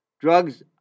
Drugs